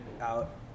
out